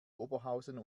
oberhausen